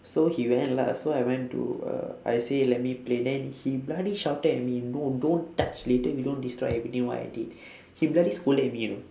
so he went lah so I went to uh I say let me play then he bloody shouted at me no don't touch later you don't destroy everything what I did he bloody scolded me you know